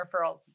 referrals